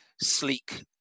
sleek